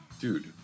Dude